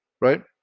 right